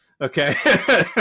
Okay